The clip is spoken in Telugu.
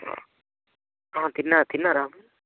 తిన్నా తిన్నారా